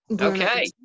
Okay